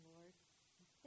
Lord